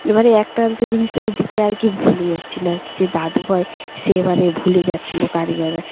এবারে একটা যে জিনিস তারা দিতে আর কি ভুলে যাচ্ছিলো আর কি যে দাদু হয় সে এবারে ভুলে যাচ্ছিলো কারিগররা